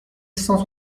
cent